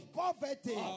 poverty